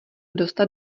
dostat